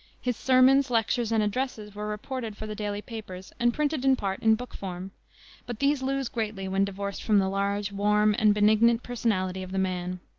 his sermons, lectures, and addresses were reported for the daily papers and printed in part in book form but these lose greatly when divorced from the large, warm, and benignant personality of the man.